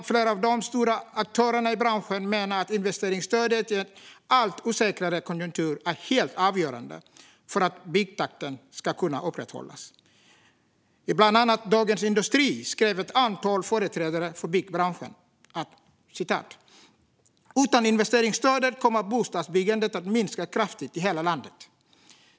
Flera av de stora aktörerna i branschen menar att investeringsstödet är helt avgörande för att byggtakten ska kunna upprätthållas i en allt osäkrare konjunktur. I bland annat Dagens industri skrev ett antal företrädare för byggbranschen följande: "Utan investeringsstödet kommer bostadsbyggandet att minska kraftigt i hela landet.